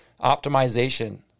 optimization